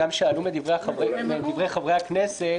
שעלו גם מדברי חברי הכנסת,